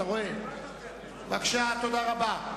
תודה רבה.